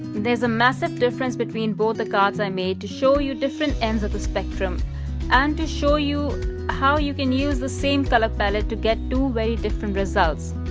there's a massive difference between both the cards i made to show you different ends of the spectrum and to show you how you can use the same color palette to get two very different results.